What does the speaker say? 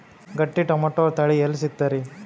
ಗಟ್ಟಿ ಟೊಮೇಟೊ ತಳಿ ಎಲ್ಲಿ ಸಿಗ್ತರಿ?